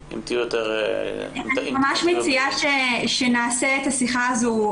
אני ממש מציעה שנעשה את השיחה הזאת.